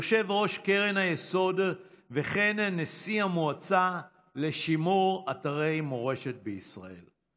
יושב-ראש קרן היסוד וכן נשיא המועצה לשימור אתרי מורשת בישראל.